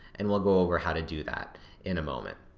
and we'll go over how to do that in a moment.